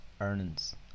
earnings